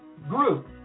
group